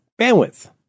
Bandwidth